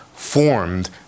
Formed